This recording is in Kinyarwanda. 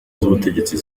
z’ubutegetsi